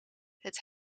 het